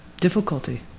difficulty